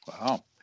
wow